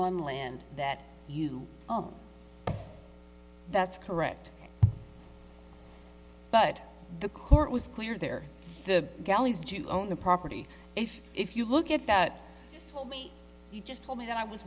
on land that you own that's correct but the court was clear there the galleys do own the property if if you look at that told me you just told me that i was